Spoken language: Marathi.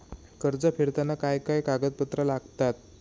कर्ज फेडताना काय काय कागदपत्रा लागतात?